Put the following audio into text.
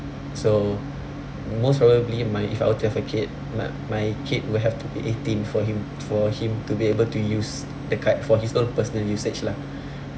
so most probably my if I were to have a kid my my kid will have to be eighteen for him for him to be able to use the card for his own personal usage lah